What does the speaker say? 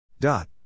dot